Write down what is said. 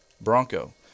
Bronco